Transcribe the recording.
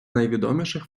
найвідоміших